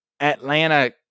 Atlanta